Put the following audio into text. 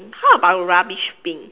how about the rubbish bin